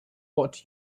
what